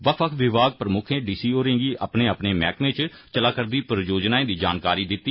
बक्ख बक्ख विभाग प्रमुखें डी सी होरें गी अपने अपने मैह्कमें इच चला'रदी परियोजनाएं दी जानकारी दित्ती